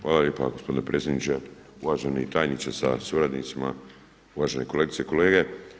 Hvala lijepa gospodine predsjedniče, uvaženi tajniče sa suradnicima, uvažene kolegice i kolege.